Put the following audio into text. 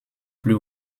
plus